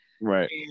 Right